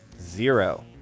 Zero